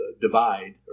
divide